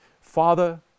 Father